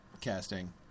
casting